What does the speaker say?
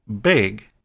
big